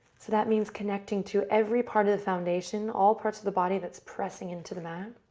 that means connecting to every part of the foundation, all parts of the body that's pressing into the mat,